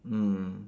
mm